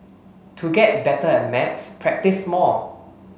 to get better at maths practise more